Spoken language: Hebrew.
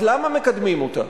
אז למה מקדמים אותה?